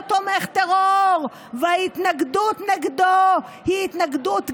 תומך טרור וההתנגדות לו היא התנגדות גזענית.